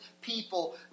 people